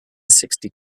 sixty